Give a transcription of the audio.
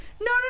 no